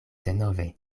denove